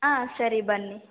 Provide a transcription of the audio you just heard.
ಹಾಂ ಸರಿ ಬನ್ನಿ